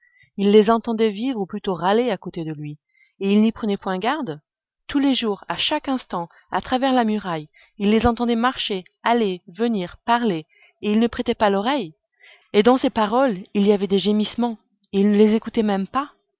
il les entendait vivre ou plutôt râler à côté de lui et il n'y prenait point garde tous les jours à chaque instant à travers la muraille il les entendait marcher aller venir parler et il ne prêtait pas l'oreille et dans ces paroles il y avait des gémissements et il ne les écoutait même pas